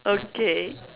okay